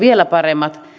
vielä paremmat